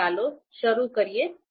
તો ચાલો શરૂ કરીએ